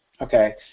okay